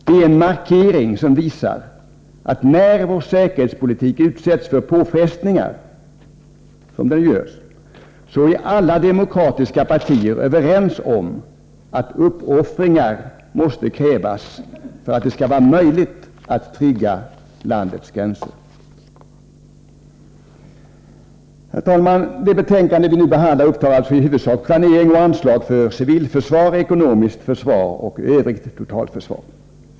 Det är en markering som visar att när vår säkerhetspolitik utsätts för påfrestningar, vilket den gör, är alla demokratiska partier överens om att uppoffringar måste till för att det skall vara möjligt att trygga landets gränser. Herr talman! Det betänkande vi nu behandlar upptar i huvudsak planering och anslag för civilförsvar, ekonomiskt försvar och övrigt totalförsvar.